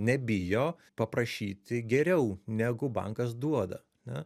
nebijo paprašyti geriau negu bankas duoda na